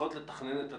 צריכות לתכנן את עתידן.